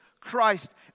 Christ